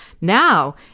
Now